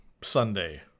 Sunday